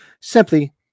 simply